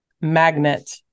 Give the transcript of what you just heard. magnet